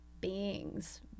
beings